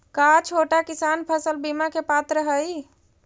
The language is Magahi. का छोटा किसान फसल बीमा के पात्र हई?